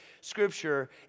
scripture